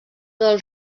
del